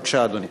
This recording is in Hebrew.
בבקשה, אדוני.